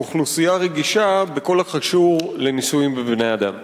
כאוכלוסייה רגישה בכל הקשור לניסויים בבני-אדם?